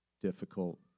difficult